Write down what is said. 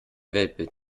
weltbild